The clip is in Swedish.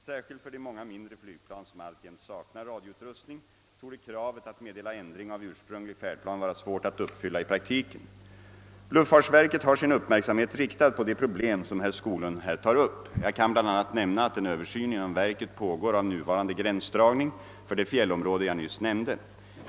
Särskilt för de många mindre flygplan som alltjämt saknar radioutrustning torde kravet att meddela ändring av ursprunglig färdplan vara svårt att uppfylla i praktiken. Luftfartsverket har sin uppmärksamhet riktad på de problem som herr Skoglund här tar upp. Jag kan bl a. nämna att en översyn inom verket pågår av nuvarande gränsdragning för det fjällområde jag nyss nämnde.